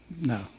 No